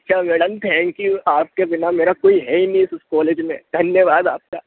अच्छा madam thank you आपके बिना मेरा कोइ है ही नहीं उस कॉलेज में धन्यवाद आपका